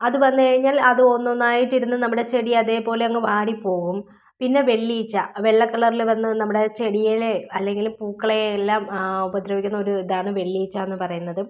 അത് വന്ന് കഴിഞ്ഞാൽ അത് ഒന്നൊന്നായിട്ട് ഇരുന്ന് നമ്മുടെ ചെടി അതേപോലെ അങ്ങ് വാടി പോകും പിന്നെ വെള്ളീച്ച വെള്ള കളറിൽ വന്ന് നമ്മുടെ ചെടിയിൽ അല്ലെങ്കിൽ പൂക്കളെയെല്ലാം ഉപദ്രവിക്കുന്ന ഒരു ഇതാണ് വെള്ളീച്ച എന്ന് പറയുന്നതും